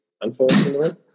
unfortunately